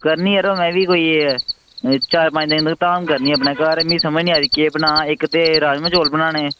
करनी यरो में बी कोई चार पंज दिन धोड़ी धाम करनी अपने घर मिगी समझ निं आई दी केह् बनां इक ते राजमांह् चौल बनाने